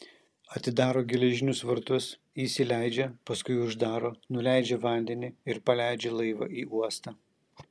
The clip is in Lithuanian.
atidaro geležinius vartus įsileidžia paskui uždaro nuleidžia vandenį ir paleidžia laivą į uostą